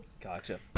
Gotcha